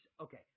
Okay